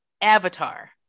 Avatar